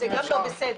זה גם לא בסדר.